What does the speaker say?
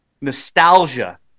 Nostalgia